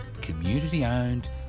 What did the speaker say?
community-owned